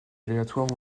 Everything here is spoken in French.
aléatoire